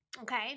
Okay